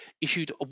issued